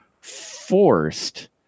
forced